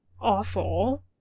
awful